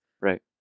Right